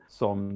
som